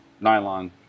nylon